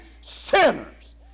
sinners